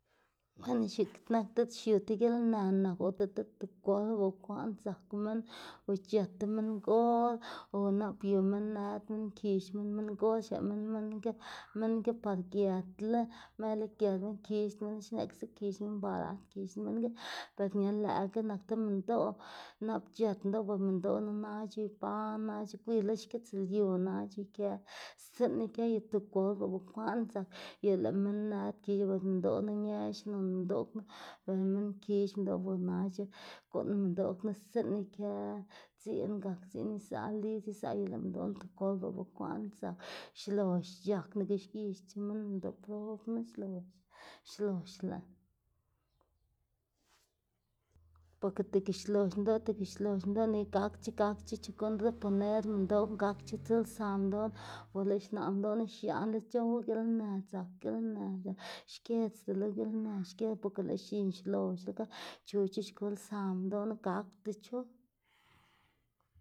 Weno x̱iꞌk nak diꞌt xiu ti gilnë nak ota tigoba bukwaꞌn dzak minn o c̲h̲ët ti minngol o nap yu minn nëd minn kix minn minngol xneꞌ minn minn ki minn ki par giëtla merla giëtla minn kixdná minnki xneꞌkse xkixná minn barat kixná minn ki be ña lëꞌ ga nak ti minndoꞌ nap c̲h̲ët minndoꞌ bo minndoꞌna nac̲h̲e iban, nac̲h̲e gwiy lo xkitslyu nac̲h̲e ikë stsiꞌn ikë y tigolpa bukwaꞌn dzak y lëꞌ minn nëd kix minndoꞌna ñex non minndoꞌ knu bela minn kix minndoꞌ nac̲h̲e guꞌnn minndoꞌ knu stsiꞌn ikë dziꞌn gak dziꞌn iza lidz iza y lëꞌ minndoꞌ knu tigolba bukwaꞌn dzak xlox c̲h̲ak nike xgixdac̲h̲e minn minndoꞌ prob knu xlox xloxla, boke tike xlox minndoꞌ tike xlox minndoꞌ nike gakdac̲h̲e gakc̲h̲e chu guꞌnn reponer minndoꞌ gakc̲h̲e tsulsa minndoꞌ bo lëꞌ xnaꞌ minndoꞌ xiaꞌn c̲h̲ow gilnë dzak gilnë dzak xkedzda lo gilnë xkedzda boke lëꞌ x̱in xloxlaga chuc̲h̲e kulsa minndoꞌ knu gakdac̲h̲u.